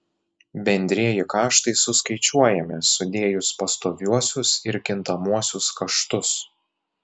bendrieji kaštai suskaičiuojami sudėjus pastoviuosius ir kintamuosius kaštus